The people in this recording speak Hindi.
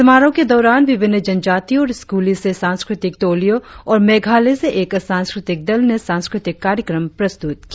समारोह के दौरान विभिन्न जनजातियों और स्क्रलों से सांस्कृतिक टोलियों और मेघालय से एक सांस्कृतिक दल ने सांस्कृतिक कार्यक्रम प्रस्तुत किया